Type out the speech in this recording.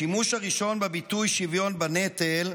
השימוש הראשון בביטוי "שוויון בנטל"